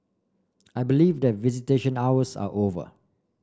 I believe that visitation hours are over